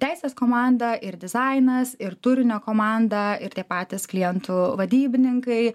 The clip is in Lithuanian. teisės komanda ir dizainas ir turinio komandą ir tie patys klientų vadybininkai